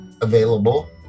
available